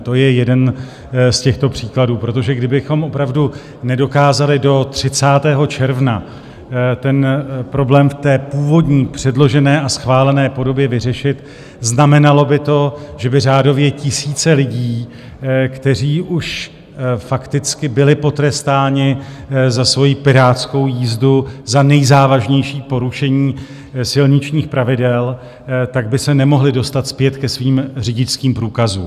To je jeden z těchto příkladů, protože kdybychom opravdu nedokázali do 30. června problém v té původní, předložené a schválené podobě vyřešit, znamenalo by to, že by řádově tisíce lidí, kteří už fakticky byli potrestáni za svoji pirátskou jízdu, za nejzávažnější porušení silničních pravidel, by se nemohli dostat zpět ke svým řidičským průkazům.